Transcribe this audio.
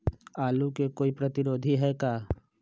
आलू के कोई प्रतिरोधी है का?